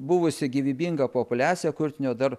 buvusi gyvybinga populiacija kurtinio dar